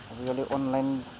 आजिकालि अनलाइन